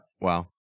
Wow